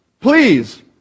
Please